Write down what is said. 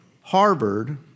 Harvard